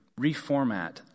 reformat